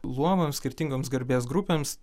luomams skirtingoms garbės grupėms